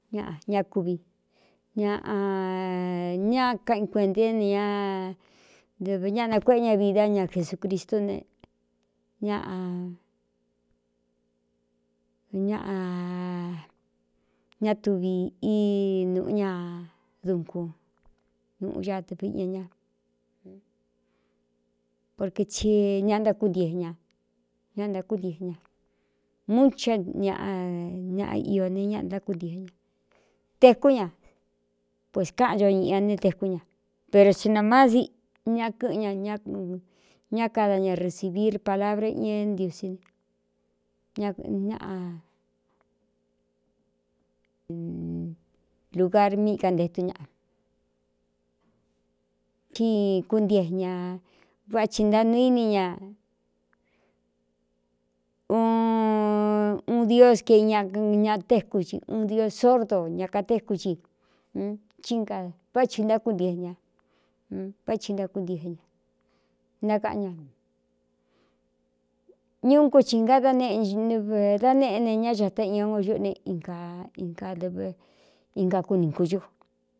Nꞌñakuvi ñaꞌa ñá kaꞌ i kueꞌnté ne ñaɨv ñáꞌa ntakuéꞌe ña vi dá ña jesūcristú neña ñaꞌ ñá tuvi í nūꞌu ña dunku ñūꞌu ñadɨviꞌña ña porquē tsi ña ntákúntiēe ña ñá ntákúntiēe ña mu chá ñaa ñaꞌa iō ne ñaꞌa ntákuntiēe ña tekú ña pues káꞌan ncho ñiꞌi ña ne tekú ña pero si nā má ña kɨꞌɨn ña á ñá kada ña resīvir palabra ña é ntiusí ne ñ lugar míꞌi kante tu ñaꞌa cí kúntiee ñā vácsi ntánuu íni ña u uun diós ke ñaña téku i uun dio sordo ña katéku chi sí na vá thi ntákúntiēe ña vá hi nákunie ña ntákaꞌan ña ñuun ku ci ngada nꞌnv da neꞌene ñá cā ta io o xuꞌu ne na inadɨv inka kúni kucu.